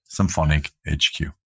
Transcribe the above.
SymphonicHQ